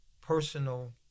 personal